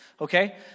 okay